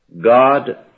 God